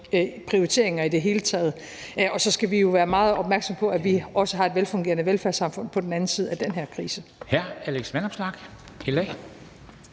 prioriteringer i det hele taget. Og så skal vi jo være meget opmærksomme på, at vi også har et velfungerende velfærdssamfund på den anden side af den her krise.